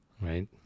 Right